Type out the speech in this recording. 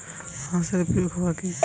হাঁস এর প্রিয় খাবার কি?